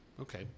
okay